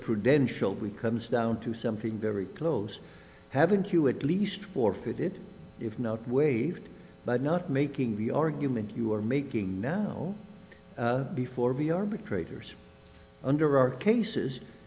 prudential we comes down to something very close haven't you at least forfeited if not waived by not making the argument you are making now before be arbitrators under our cases